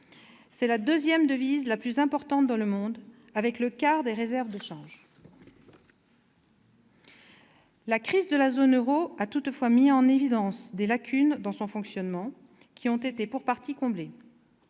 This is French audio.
C'est la deuxième devise la plus importante dans le monde, avec le quart des réserves de change. La crise de la zone euro a toutefois mis en évidence des lacunes dans son fonctionnement, qui ont été pour partie comblées.